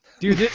Dude